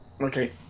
Okay